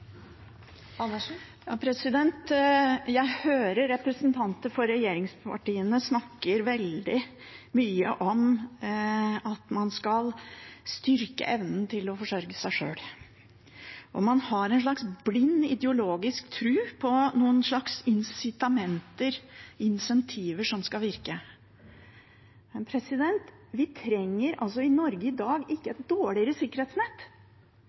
Jeg hører representanter fra regjeringspartiene snakke veldig mye om at man skal styrke evnen til å forsørge seg sjøl. Man har en slags blind ideologisk tro på noen insentiver som skal virke. Men i Norge i dag trenger vi ikke et dårligere sikkerhetsnett; vi trenger et sterkere sikkerhetsnett for folk som kommer i krise. Jeg har ikke